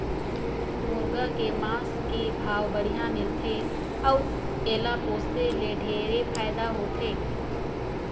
मुरगा के मांस के भाव बड़िहा मिलथे अउ एला पोसे ले ढेरे फायदा होथे